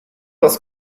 das